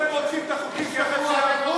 21 נגד,